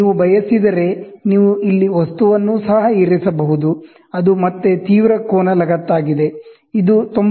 ನೀವು ಬಯಸಿದರೆ ನೀವು ಇಲ್ಲಿ ವಸ್ತುವನ್ನು ಸಹ ಇರಿಸಬಹುದು ಅದು ಮತ್ತೆ ಅಕ್ಯೂಟ್ ಆಂಗಲ್ ಅಟ್ಯಾಚ್ಮೆಂಟ್ ಇದಾಗಿದೆ